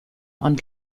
und